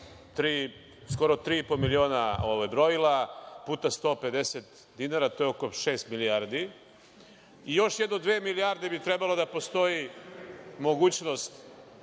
skoro tri i po miliona brojila puta 150 dinara, to je oko šest milijardi. I još jedno dve milijardi bi trebalo da postoji mogućnost